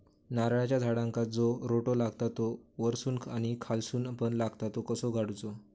नारळाच्या झाडांका जो रोटो लागता तो वर्सून आणि खालसून पण लागता तो कसो काडूचो?